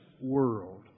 world